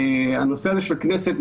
הנושא של הכנסת,